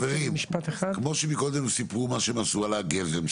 כמו שקודם סיפרו מה שהם עשו על הגזם,